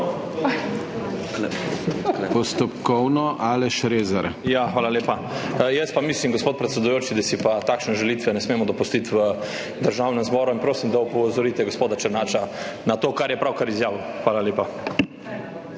(PS Svoboda):** Hvala lepa. Jaz pa mislim, gospod predsedujoči, da si pa takšne žalitve ne smemo dopustiti v Državnem zboru. In prosim, da opozorite gospoda Černača na to, kar je pravkar izjavil. Hvala lepa.